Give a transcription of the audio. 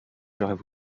j’aurais